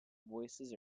voices